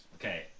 Okay